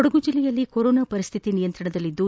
ಕೊಡಗು ಜಲ್ಲೆಯಲ್ಲಿ ಕೊರೋನಾ ಪರಿಸ್ಥಿತಿ ನಿಯಂತ್ರಣದಲ್ಲಿದ್ದು